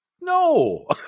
No